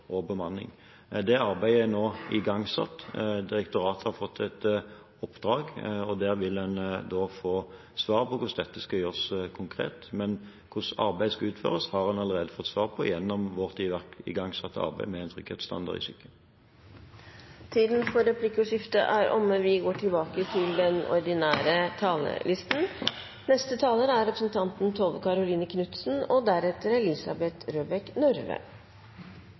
bemanning. Det arbeidet er nå igangsatt. Direktoratet har fått et oppdrag. Der vil en få svar på hvordan dette skal gjøres konkret. Hvordan arbeidet skal utføres, har en allerede fått svar på gjennom vårt igangsatte arbeid med en trygghetsstandard i sykehjem. Replikkordskiftet er omme. Regjeringas primærhelsemelding bygger på flere av de meldingene som den rød-grønne regjeringa la fram. Både Samhandlingsreformen og